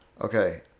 okay